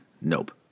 Nope